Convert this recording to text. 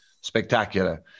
spectacular